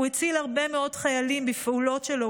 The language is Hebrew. הוא הציל הרבה מאוד חיילים בפעולות שלו,